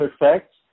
effects